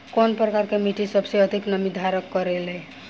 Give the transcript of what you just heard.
कउन प्रकार के मिट्टी सबसे अधिक नमी धारण करे ले?